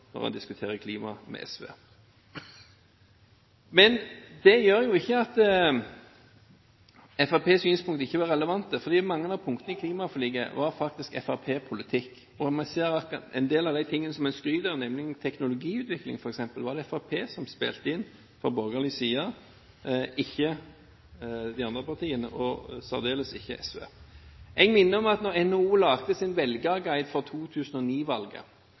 når en diskuterer klima med SV. Men det betyr jo ikke at Fremskrittspartiets synspunkter ikke var relevante, for mange av punktene i klimaforliket var faktisk fremskrittspartipolitikk. Vi ser at en del av de tingene som vi skryter av, f.eks. innen teknologiutvikling, var det Fremskrittspartiet som spilte inn på borgerlig side – ikke de andre partiene og særdeles ikke SV. Jeg minner om at da NHO lagde sin